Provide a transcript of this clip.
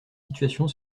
situation